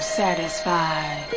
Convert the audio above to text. satisfied